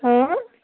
اۭں